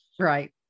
Right